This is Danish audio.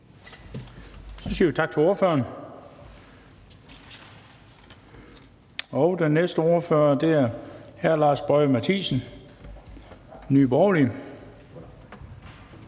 Så siger vi tak til ordføreren. Den næste ordfører er hr. Lars Boje Mathiesen, Nye Borgerlige.